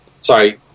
sorry